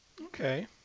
Okay